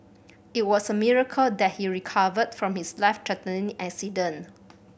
it was a miracle that he recovered from his life threatening accident